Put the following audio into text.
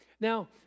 Now